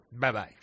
Bye-bye